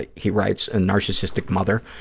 ah he writes, a narcissistic mother.